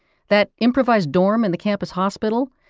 that improvised dorm in the campus hospital?